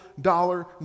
dollar